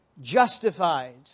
justified